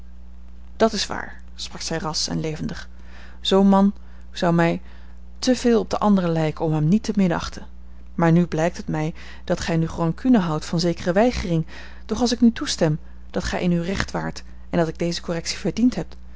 dat is waar sprak zij ras en levendig zoo'n man zou mij te veel op de anderen lijken om hem niet te minachten maar nu blijkt het mij dat gij nog rancune houdt van zekere weigering doch als ik nu toestem dat gij in uw recht waart en dat ik deze correctie verdiend heb